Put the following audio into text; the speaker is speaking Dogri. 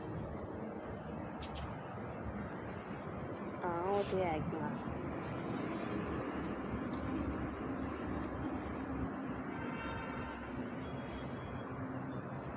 हां ओह् ते ऐ गै हां